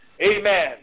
Amen